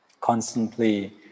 constantly